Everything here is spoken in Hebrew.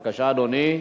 בבקשה, אדוני.